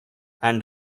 and